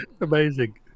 Amazing